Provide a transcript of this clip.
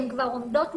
הן כבר עומדות מוכנות,